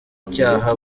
icyaha